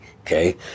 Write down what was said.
okay